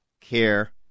CARE